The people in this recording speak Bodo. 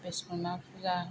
बे सना फुजा